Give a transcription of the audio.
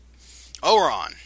Oron